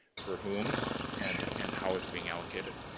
for whom and and how it's being allocated.